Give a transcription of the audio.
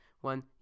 one